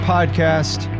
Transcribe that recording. Podcast